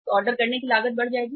तो ऑर्डर करने की लागत बढ़ जाएगी